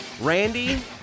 Randy